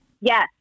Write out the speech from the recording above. Yes